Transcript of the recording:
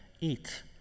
eat